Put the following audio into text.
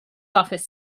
office